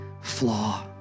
flaw